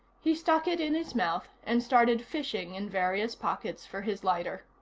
he stuck it in his mouth and started fishing in various pockets for his lighter.